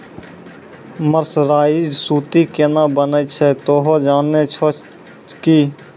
mercerised सूती केना बनै छै तोहों जाने छौ कि